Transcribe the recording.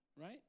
right